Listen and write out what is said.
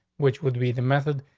which would be the message,